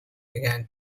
began